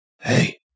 hey